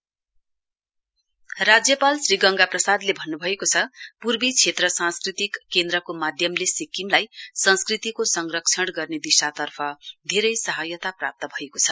EZCC cultural programme राज्यपाल श्री गंगा प्रसादले भन्न् भएको छ पूर्वी क्षेत्र सांस्कृतिक केन्द्रको माध्यमले सिक्किमको संस्कृतिको संरक्षण गर्ने दिशातर्फ धेरै सहायता प्राप्त भएको छ